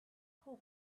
call